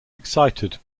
excited